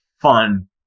fun